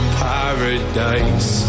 paradise